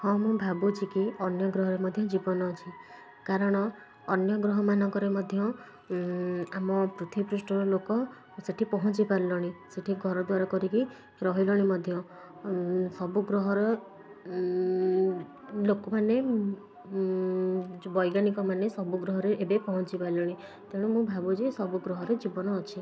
ହଁ ମୁଁ ଭାବୁଛି କି ଅନ୍ୟ ଗ୍ରହରେ ମଧ୍ୟ ଜୀବନ ଅଛି କାରଣ ଅନ୍ୟ ଗ୍ରହମାନଙ୍କରେ ମଧ୍ୟ ଆମ ପୃଥିବୀ ପୃଷ୍ଟର ଲୋକ ସେଠି ପହଞ୍ଚି ପାରିଲେଣି ସେଠି ଘର ଦ୍ୱାରା କରିକି ରହିଲେଣି ମଧ୍ୟ ସବୁ ଗ୍ରହର ଲୋକମାନେ ଯେଉଁ ବୈଜ୍ଞାନିକ ମାନେ ସବୁ ଗ୍ରହରେ ଏବେ ପହଞ୍ଚି ଗଲେଣି ତେଣୁ ମୁଁ ଭାବୁଛି ସବୁ ଗ୍ରହରେ ଜୀବନ ଅଛି